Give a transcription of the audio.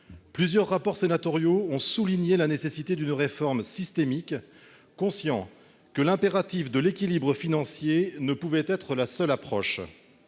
Plusieurs rapports sénatoriaux ont souligné la nécessité d'une réforme systémique, l'impératif d'équilibre financier ne pouvant être la seule approche.